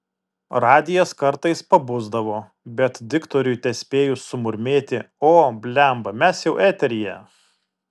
radijas kartais pabusdavo bet diktoriui tespėjus sumurmėti o bliamba mes jau eteryje